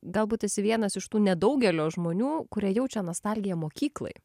galbūt esi vienas iš tų nedaugelio žmonių kurie jaučia nostalgiją mokyklai